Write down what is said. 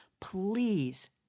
please